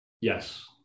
Yes